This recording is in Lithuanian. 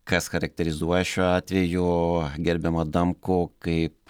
kas charakterizuoja šiuo atveju gerbiamą adamkų kaip